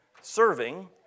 serving